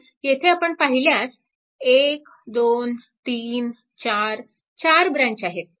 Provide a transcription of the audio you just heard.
तर येथे आपण पाहिल्यास 1 2 3 4 चार ब्रॅंच आहेत